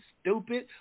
stupid